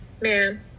man